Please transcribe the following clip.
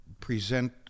present